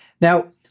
Now